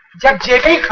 vijay.